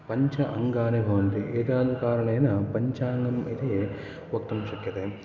पञ्च अङ्गानि भवन्ति एतेन कारणेन पञ्चाङ्गम् इति वक्तुं शक्यते